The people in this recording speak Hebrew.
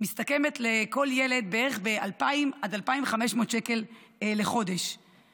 מסתכמת בערך ב-2,000 עד 2,500 שקל לחודש לכל ילד,